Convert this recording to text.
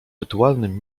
rytualnym